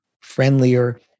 friendlier